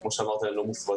שכפי שאמרת הן לא מופרדות.